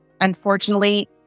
unfortunately